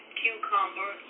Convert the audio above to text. cucumber